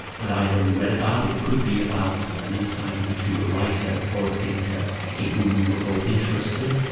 but i'd only read about it could be about an insight into a writer or a thinker in whom we were both interested.